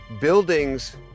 Buildings